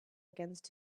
against